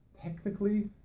Technically